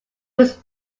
was